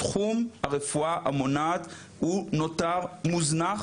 תחום הרפואה המונעת הוא נותר מוזנח